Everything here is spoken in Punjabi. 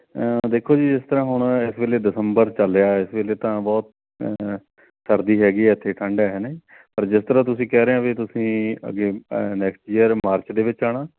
ਦੇਖੋ ਜੀ ਇਸ ਤਰ੍ਹਾਂ ਹੁਣ ਇਸ ਵੇਲੇ ਦਸੰਬਰ ਚੱਲ ਰਿਹਾ ਇਸ ਵੇਲੇ ਤਾਂ ਬਹੁਤ ਸਰਦੀ ਹੈਗੀ ਹੈ ਇੱਥੇ ਠੰਡ ਹੈ ਹੈ ਨਾ ਜੀ ਪਰ ਜਿਸ ਤਰ੍ਹਾਂ ਤੁਸੀਂ ਕਹਿ ਰਹੇ ਵੀ ਤੁਸੀਂ ਅੱਗੇ ਨੈਕਸਟ ਈਅਰ ਮਾਰਚ ਦੇ ਵਿੱਚ ਆਉਣਾ